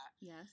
Yes